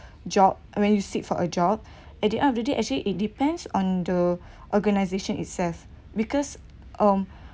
job when you seek for a job at the end of the day actually it depends on the organisation itself because um